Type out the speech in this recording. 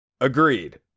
agreed